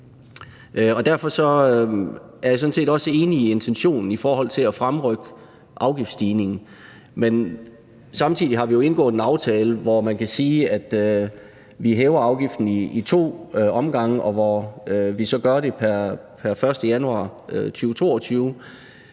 Derfor er jeg sådan set også enig i intentionen i forhold til at fremrykke afgiftsstigningen, men samtidig har vi jo indgået en aftale, hvor vi, kan man sige, hæver afgiften i to omgange og så gør det pr. 1. januar 2022.